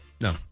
No